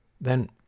Then—